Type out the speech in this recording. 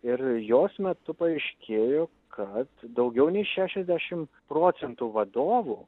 ir jos metu paaiškėjo kad daugiau nei šešiasdešimt procentų vadovų